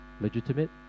legitimate